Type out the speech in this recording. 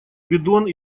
бидон